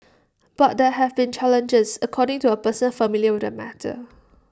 but there have been challenges according to A person familiar with the matter